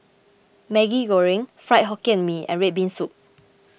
Maggi Goreng Fried Hokkien Mee and Red Bean Soup